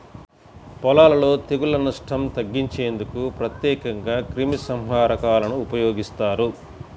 పొలాలలో తెగుళ్ల నష్టం తగ్గించేందుకు ప్రత్యేకంగా క్రిమిసంహారకాలను ఉపయోగిస్తారు